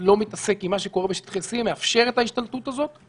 אם רוצים לשנות אותה לוועדת החוץ והביטחון,